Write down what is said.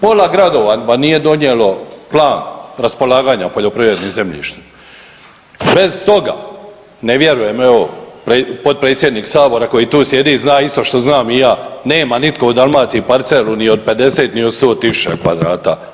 Pola gradova vam nije donijelo plan raspolaganja poljoprivrednim zemljištem, bez toga ne vjerujem evo potpredsjednik sabora koji tu sjedi zna isto što znam i ja, nema nitko u Dalmaciju parcelu ni od 50 ni od 100.000 kvadrata.